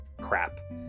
crap